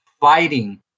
fighting